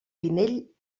pinell